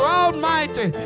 almighty